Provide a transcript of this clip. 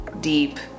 deep